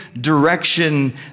direction